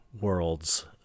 worlds